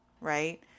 right